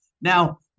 Now